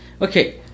okay